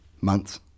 months